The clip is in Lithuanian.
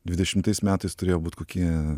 dvidešimtais metais turėjo būt kokie